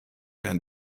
and